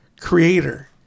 creator